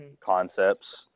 concepts